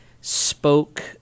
spoke